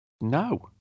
No